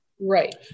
Right